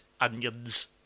onions